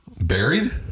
Buried